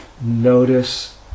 notice